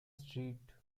street